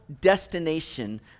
destination